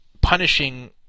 punishing